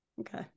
Okay